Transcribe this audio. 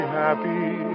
happy